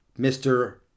Mr